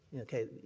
Okay